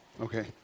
Okay